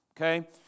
Okay